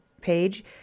page